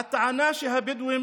הטענה שהבדואים